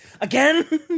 Again